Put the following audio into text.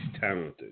talented